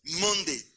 Monday